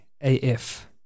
AF